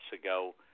ago